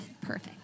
perfect